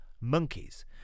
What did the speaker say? monkeys